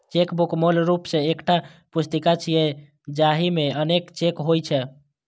chequebook मूल रूप सं एकटा पुस्तिका छियै, जाहि मे अनेक चेक होइ छै